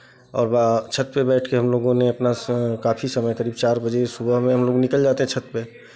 और छत पे बैठ के हम लोगों ने अपना काफी समय करीब चार बजे सुबह में हम लोग निकल जाते हैं छत पे